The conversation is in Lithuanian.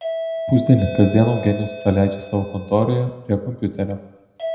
pusdienį kasdien eugenijus praleidžia savo kontoroje prie kompiuterio